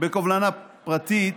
בקובלנה פרטית,